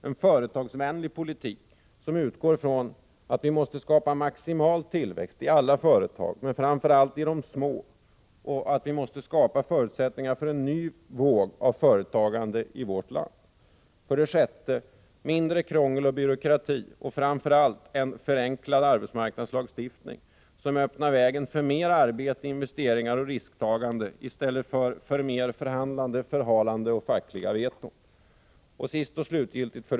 En företagsvänlig politik som utgår från att vi måste skapa maximal tillväxt i alla företag men framför allt i de små och att vi måste skapa förutsättningar för en ny våg av företagande i vårt land. 6. Mindre krångel och byråkrati och framför allt en förenklad arbetsmarknadslagstiftning som öppnar vägen för mer arbete, investeringar och risktagande i stället för mer förhandlande, förhalande och fackliga veton.